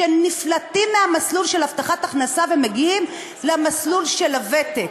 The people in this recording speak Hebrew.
שנפלטים מהמסלול של הבטחת הכנסה ומגיעים למסלול של הוותק.